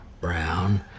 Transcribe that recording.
brown